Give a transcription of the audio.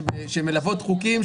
שמלוות חוקים,